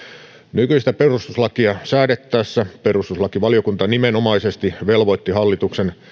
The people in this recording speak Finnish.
nykyistä perustuslakia säädettäessä perustuslakivaliokunta nimenomaisesti velvoitti hallituksen